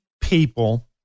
people